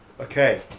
Okay